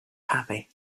happy